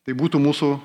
tai būtų mūsų